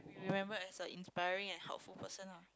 remembered as a inspiring and helpful person ah